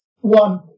one